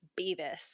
Beavis